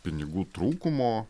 pinigų trūkumo